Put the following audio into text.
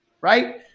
right